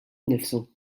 innifsu